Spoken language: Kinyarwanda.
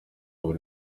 buri